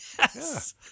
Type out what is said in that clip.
Yes